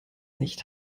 nicht